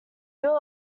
bill